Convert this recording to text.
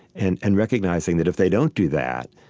and and recognizing that if they don't do that,